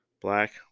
Black